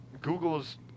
Google's